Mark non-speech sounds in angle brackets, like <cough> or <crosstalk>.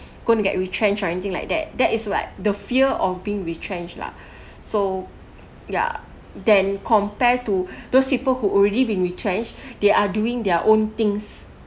going to get retrenched or anything like that that is what the fear of being retrenched lah <breath> so ya then compared to <breath> those people who already been retrenched <breath> they are doing their own things